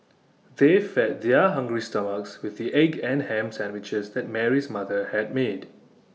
they fed their hungry stomachs with the egg and Ham Sandwiches that Mary's mother had made